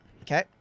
Okay